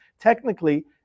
technically